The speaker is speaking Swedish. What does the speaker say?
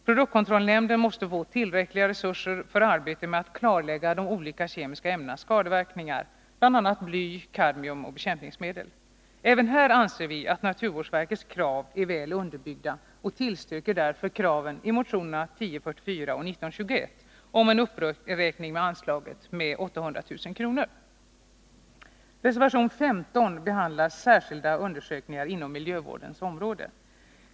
Produktkontrollnämnden måste få tillräckliga resurser för arbetet med att klarlägga de olika kemiska ämnenas skadeverkningar, bl.a. bly, kadmium och bekämpningsmedel. Även här anser vi att naturvårdsverkets krav är väl underbyggda, och vi tillstyrker därför kraven i motionerna 1044 och 1921 om en uppräkning av anslaget med 800 000 kr. Reservation 15 behandlar särskilda undersökningar inom miljövårdsområdet.